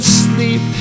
sleep